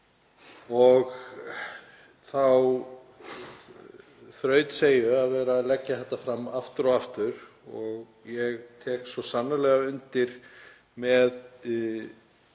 og þá þrautseigju að vera að leggja málið fram aftur og aftur. Ég tek svo sannarlega undir með